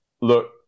Look